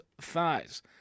thighs